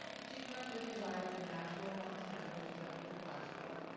she currently resides in nashua, montana, which is up near glasgow.